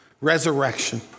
resurrection